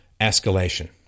escalation